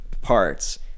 parts